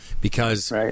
because-